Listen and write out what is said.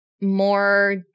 more